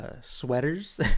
sweaters